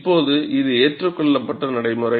இப்போது இது ஏற்றுக்கொள்ளப்பட்ட நடைமுறை